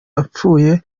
apfuye